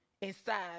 inside